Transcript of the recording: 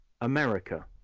America